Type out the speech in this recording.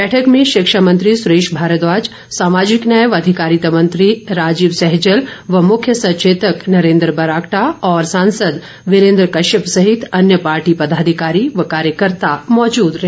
बैठक में शिक्षा मंत्री सुरेश भारद्वाज सामाजिक न्याय व अधिकारिता मंत्री राजीव सहजल व मुख्य सचेतक नरेंद्र बरागटा और सांसद वीरेंद्र कश्यप सहित अन्य पार्टी पदाधिकारी व कार्यकर्ता मौजूद रहे